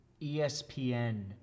ESPN